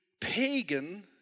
pagan